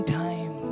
time